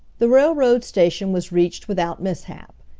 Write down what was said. the railroad station was reached without mishap,